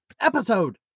episode